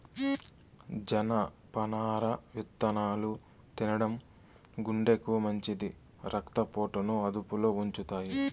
జనపనార విత్తనాలు తినడం గుండెకు మంచిది, రక్త పోటును అదుపులో ఉంచుతాయి